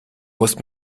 musst